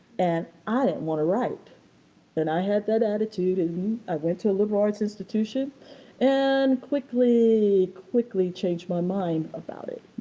and i didn't want to write and i had that attitude and and i went to a liberal arts institution and quickly, quickly changed my mind about it,